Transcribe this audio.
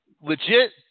legit